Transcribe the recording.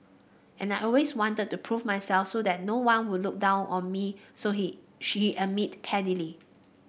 and I always wanted to prove myself so that no one would look down on me so he she admit candidly